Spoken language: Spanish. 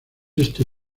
este